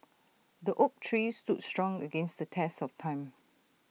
the oak tree stood strong against the test of time